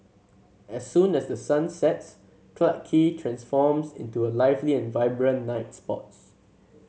as soon as the sun sets Clarke Quay transforms into a lively and vibrant night spots